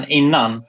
innan